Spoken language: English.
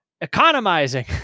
economizing